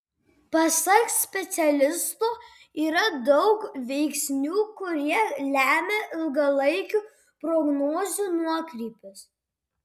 pasak specialisto yra daug veiksnių kurie lemia ilgalaikių prognozių nuokrypius